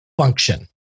function